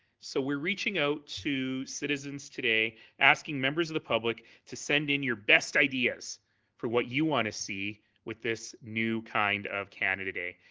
so we are reaching out to citizens today asking members of the public to send in your best ideas for what you want to see with this new kind of canada day.